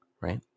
Right